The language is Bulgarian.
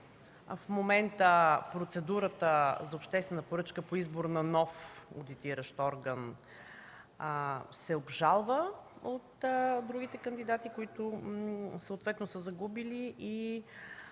В момента процедурата за обществена поръчка по избор на нов одитиращ орган се обжалва от другите кандидати, които съответно са загубили, и